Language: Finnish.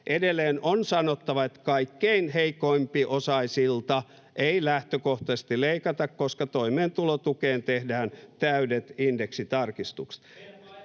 Edelleen on sanottava, että kaikkein heikompiosaisilta ei lähtökohtaisesti leikata, koska toimeentulotukeen tehdään täydet indeksitarkistukset.